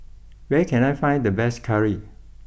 where can I find the best Curry